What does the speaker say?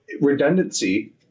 redundancy